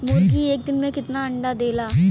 मुर्गी एक दिन मे कितना अंडा देला?